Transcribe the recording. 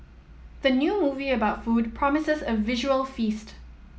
the new movie about food promises a visual feast